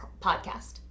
podcast